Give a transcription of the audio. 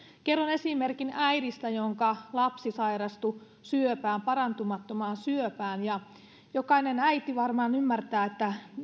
kerron esimerkin äidistä jonka lapsi sairastui syöpään parantumattomaan syöpään ja jokainen äiti varmaan ymmärtää